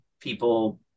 people